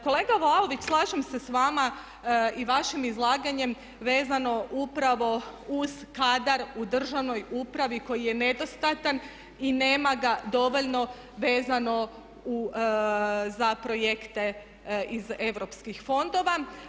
Kolega Vlaović, slažem se s vama i vašim izlaganjem vezano upravo uz kadar u državnoj upravi koji je nedostatan i nema ga dovoljno vezano za projekte iz europskih fondova.